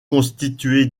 constitué